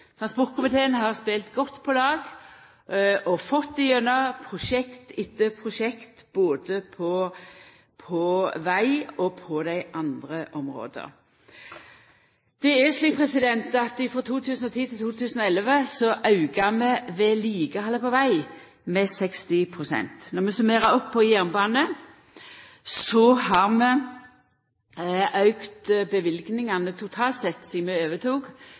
transportkomiteen har spelt godt på lag og fått igjennom prosjekt etter prosjekt både på veg og på dei andre områda. Det er slik at frå 2010 til 2011 auka vi vedlikehaldet på veg med 60 pst. Når vi summerer opp på jernbane, har vi auka løyvingane totalt sett til Jernbaneverket sidan vi overtok,